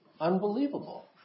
unbelievable